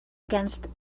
against